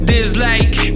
Dislike